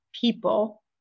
people